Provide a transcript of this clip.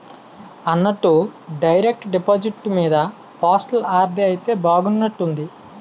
అన్నట్టు direct deposit మీద postal RD అయితే బాగున్నట్టుంది